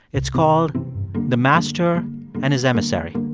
it's called the master and his emissary.